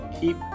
keep